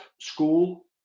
school